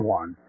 one